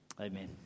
Amen